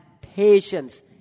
patience